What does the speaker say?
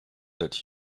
that